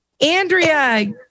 Andrea